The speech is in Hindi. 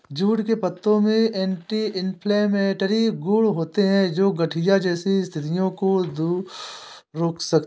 जूट के पत्तों में एंटी इंफ्लेमेटरी गुण होते हैं, जो गठिया जैसी स्थितियों को रोक सकते हैं